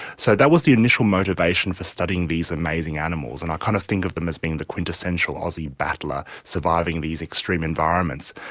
so that was the initial motivation for studying these amazing animals, and i kind of think of them as being the quintessential aussie battler, surviving in these extreme environments.